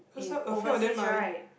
in overseas right